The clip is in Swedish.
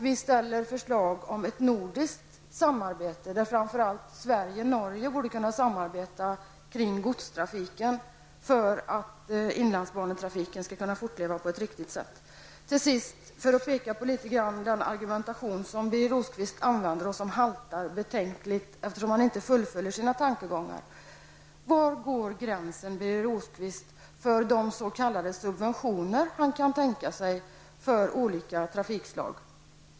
Vi kommer med förslag om ett nordiskt samarbete, där framför allt Sverige och Norge borde kunna samarbeta kring godstrafiken för att inlandsbanetrafiken skall kunna fortleva på ett riktigt sätt. Den argumentation som Birger Rosqvist använder sig av haltar betänkligt eftersom han inte fullföljer sina tankegångar. Jag vill därför fråga Birger Rosqvist var gränsen går för de s.k. subventioner som man kan tänka sig för olika trafikslag.